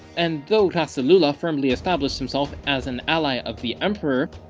and though ras alula firmly established himself as an ally of the emperor,